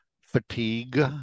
fatigue